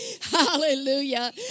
Hallelujah